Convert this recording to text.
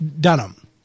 Dunham